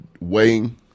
weighing